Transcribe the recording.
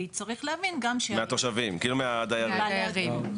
יש להבין --- מהתושבים, מהדיירים.